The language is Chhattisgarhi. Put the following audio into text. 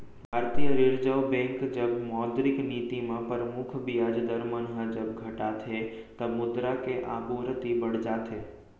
भारतीय रिर्जव बेंक जब मौद्रिक नीति म परमुख बियाज दर मन ह जब घटाथे तब मुद्रा के आपूरति बड़ जाथे